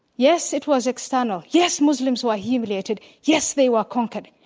yes, it was external, yes, muslims were humiliated, yes, they were conquered,